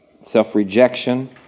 self-rejection